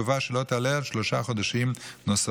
לתקופה שלא תעלה על שלושה חודשים נוספים.